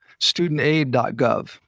studentaid.gov